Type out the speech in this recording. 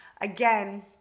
again